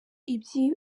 ibyo